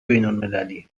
بینالمللی